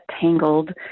tangled